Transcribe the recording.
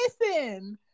Listen